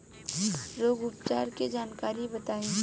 रोग उपचार के जानकारी बताई?